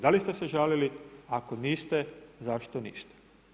Da li ste se žalili, ako niste, zašto niste?